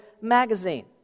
magazine